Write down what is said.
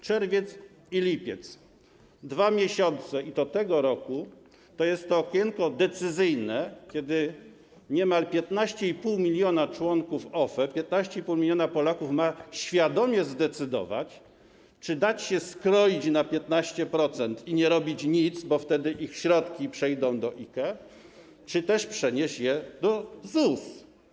Czerwiec i lipiec, dwa miesiące, i to tego roku, to jest to okienko decyzyjne, kiedy niemal 15,5 mln członków OFE, 15,5 mln Polaków ma świadomie zdecydować, czy dać się skroić na 15% i nie robić nic, bo wtedy ich środki przejdą do IKE, czy też przenieść je do ZUS.